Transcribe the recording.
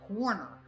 corner